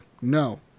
No